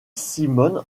simone